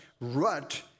rut